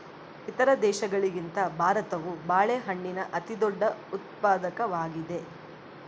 ಇತರ ದೇಶಗಳಿಗಿಂತ ಭಾರತವು ಬಾಳೆಹಣ್ಣಿನ ಅತಿದೊಡ್ಡ ಉತ್ಪಾದಕವಾಗಿದೆ